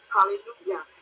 Hallelujah